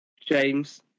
James